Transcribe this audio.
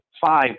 five